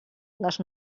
les